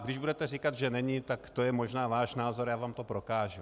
Když budete říkat, že není, tak to je možná váš názor, já vám to prokážu.